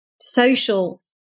social